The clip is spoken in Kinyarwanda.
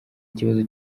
ikibazo